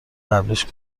قبلیش